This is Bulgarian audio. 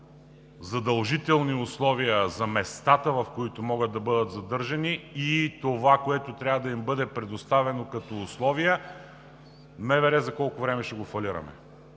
задължителните условия за местата, в които могат да бъдат задържани, и това, което трябва да им бъде предоставено като условия, МВР за колко време ще го фалираме?